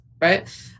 right